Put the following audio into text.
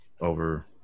over